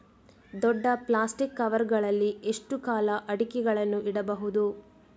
ದೊಡ್ಡ plastic cover ಗಳಲ್ಲಿ ಎಷ್ಟು ಕಾಲ ಅಡಿಕೆಗಳನ್ನು ಇಡಬಹುದು?